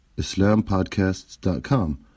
islampodcasts.com